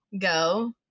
go